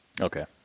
Okay